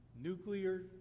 nuclear